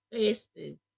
fasting